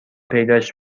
پیداش